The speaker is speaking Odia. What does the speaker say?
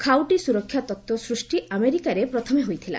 ଖାଉଟି ସୁରକ୍ଷା ତତ୍ତ ସୃଷ୍ ଆମେରିକାରେ ପ୍ରଥମେ ହୋଇଥିଲା